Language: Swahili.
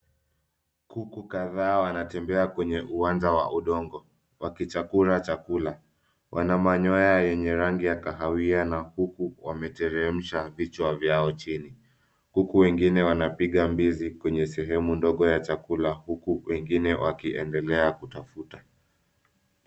Kuku kadhaa wanatembea kwenye uwanja wa udongo wakichakura chakula. Wana manyoa yenye rangi ya kahawia na huku wameteremsha vichwa vyao chini, huku wengine wanapiga mbizi kwenye sehemu ndogo ya chakula, huku wengine wakiendelea kutafuta.